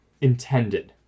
intended